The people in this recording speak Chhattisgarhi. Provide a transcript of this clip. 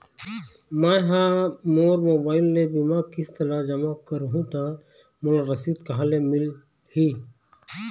मैं हा मोर मोबाइल ले बीमा के किस्त ला जमा कर हु ता मोला रसीद कहां ले मिल ही?